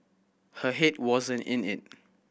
her head wasn't in it